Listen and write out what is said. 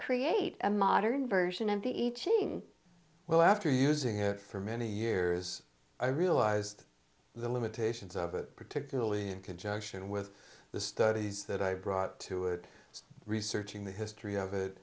create a modern version m p e chain well after using it for many years i realised the limitations of it particularly in conjunction with the studies that i brought to it researching the history of it